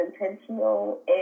intentional